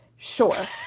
Sure